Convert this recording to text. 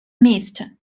missed